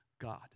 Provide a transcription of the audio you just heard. God